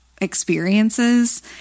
experiences